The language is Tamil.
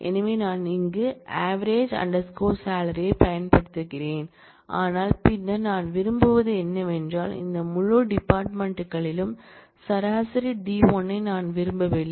எனவே நான் இங்கே avg salary ஐப் பெறுகிறேன் ஆனால் பின்னர் நான் விரும்புவது என்னவென்றால் இந்த முழு டிபார்ட்மென்ட் களிலும் சராசரி d1 ஐ நான் விரும்பவில்லை